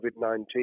COVID-19